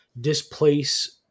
displace